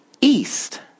East